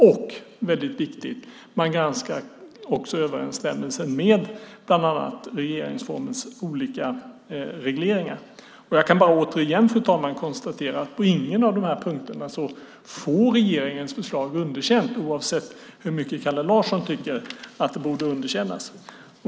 Och, vilket är väldigt viktigt, man granskar också överensstämmelsen med bland annat regeringsformens olika regleringar. Jag kan bara återigen, fru talman, konstatera att på ingen av dessa punkter får regeringens förslag underkänt, oavsett hur mycket Kalle Larsson tycker att det borde underkännas.